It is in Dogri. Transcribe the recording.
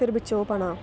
फिर बिच्च ओह् पाना